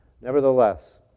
Nevertheless